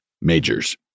majors